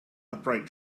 upright